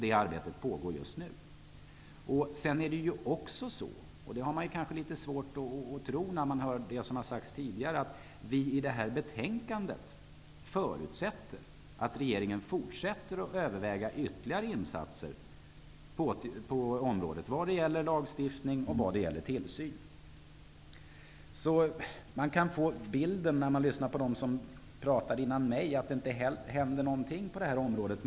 Det arbetet pågår just nu. Det är kanske svårt att tro det, när man hör det som har sagts här tidigare, nämligen att vi i betänkandet förutsätter att regeringen överväger ytterligare insatser på området vad gäller lagstiftning och tillsyn. När man lyssnar på dem som talade före mig kan man få den föreställningen att det inte händer någonting på det här området.